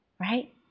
right